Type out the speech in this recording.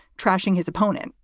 trashing his opponent,